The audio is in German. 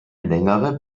längere